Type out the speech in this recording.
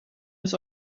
des